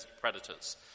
predators